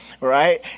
right